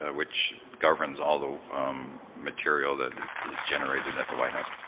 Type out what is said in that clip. ah which governs all the material that is is generated at the white house.